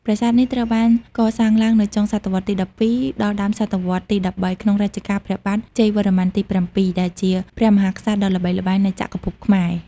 ប្រាសាទនេះត្រូវបានកសាងឡើងនៅចុងសតវត្សទី ១២ ដល់ដើមសតវត្សទី ១៣ ក្នុងរជ្ជកាលព្រះបាទជ័យវរ្ម័នទី ៧ ដែលជាព្រះមហាក្សត្រដ៏ល្បីល្បាញនៃចក្រភពខ្មែរ។